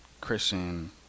christian